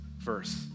verse